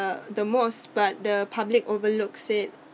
uh the most but the public overlook said